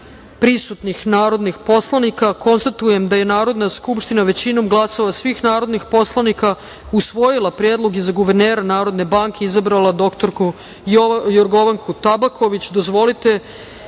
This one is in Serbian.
prisutnih148 narodnih poslanika. Konstatujem da je Narodna skupština većinom glasova svih narodnih poslanika usvojila Predlog i za guvernera Narodne banke izabrala dr Jorgovanku Tabaković. Dozvolite